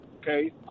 okay